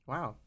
Wow